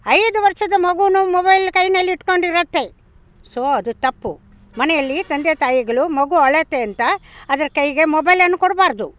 ಐದು ವರ್ಷದ ಮಗುವೂ ಮೊಬೈಲ್ ಕೈಯಲ್ಲಿ ಇಟ್ಕೊಂಡಿರುತ್ತೆ ಸೊ ಅದು ತಪ್ಪು ಮನೆಯಲ್ಲಿ ತಂದೆ ತಾಯಿಗಳು ಮಗು ಅಳುತ್ತೆ ಅಂತ ಅದರ ಕೈಗೆ ಮೊಬೈಲನ್ನು ಕೊಡ್ಬಾರದು